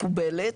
היא מקובלת.